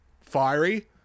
fiery